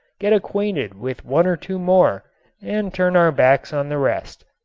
get acquainted with one or two more and turn our backs on the rest.